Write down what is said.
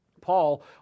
Paul